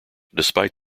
despite